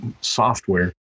software